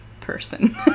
person